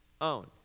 own